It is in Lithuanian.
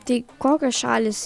tai kokios šalys